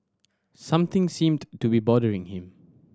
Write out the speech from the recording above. something seemed to be bothering him